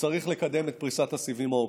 שצריך לקדם את פריסת הסיבים האופטיים.